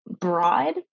broad